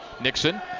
Nixon